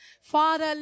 Father